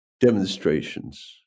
demonstrations